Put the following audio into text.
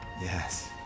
Yes